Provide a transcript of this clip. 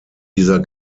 dieser